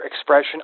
expression